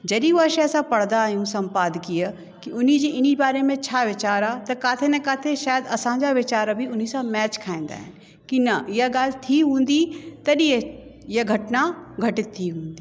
जॾहिं उहे शइ असां पढ़ंदा आहियूं सम्पादकीय कि उन्हीअ जी इन्हीअ जे बारे में छा वीचारु आहे त किथे न किथे शायद असांजा वीचार बि उन्हीअ सां मैच ठाहींदा आहिनि कि न इहा ॻाल्हि थी हूंदी तॾहिं इहे घटना घटि थी हूंदी